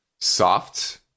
soft